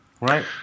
Right